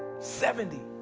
seventy.